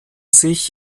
sich